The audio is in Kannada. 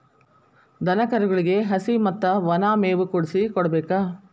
ದನಕರುಗಳಿಗೆ ಹಸಿ ಮತ್ತ ವನಾ ಮೇವು ಕೂಡಿಸಿ ಕೊಡಬೇಕ